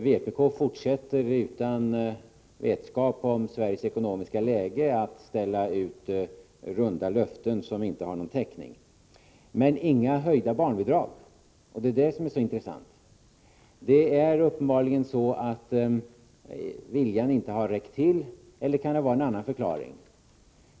Vpk fortsätter utan vetskap om Sveriges ekonomiska läge att ställa ut runda löften som inte har någon täckning. Men vpk föreslår inga höjda barnbidrag, och det är det som är så intressant. Uppenbarligen har viljan inte räckt till — eller kan det finnas en annan förklaring?